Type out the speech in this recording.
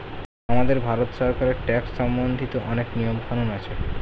আমাদের ভারত সরকারের ট্যাক্স সম্বন্ধিত অনেক নিয়ম কানুন আছে